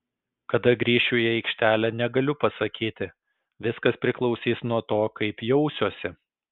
kada grįšiu į aikštelę negaliu pasakyti viskas priklausys nuo to kaip jausiuosi